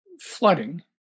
flooding